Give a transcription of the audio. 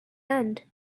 end